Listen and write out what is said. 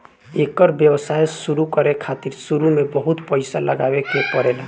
एकर व्यवसाय शुरु करे खातिर शुरू में बहुत पईसा लगावे के पड़ेला